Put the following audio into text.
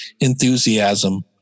enthusiasm